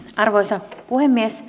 arvoisa puhemies